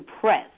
press